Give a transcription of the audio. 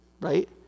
right